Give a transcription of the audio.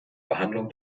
behandlung